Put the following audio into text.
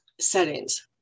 settings